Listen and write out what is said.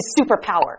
superpower